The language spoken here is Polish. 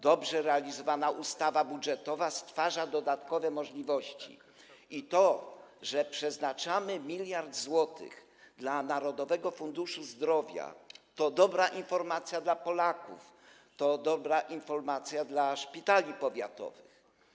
Dobrze realizowana ustawa budżetowa stwarza dodatkowe możliwości i to, że przeznaczamy 1 mld zł na Narodowy Fundusz Zdrowia, to dobra informacja dla Polaków, to dobra informacja dla szpitali powiatowych.